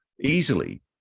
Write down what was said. easily